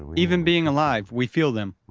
even being alive, we feel them,